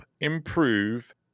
improve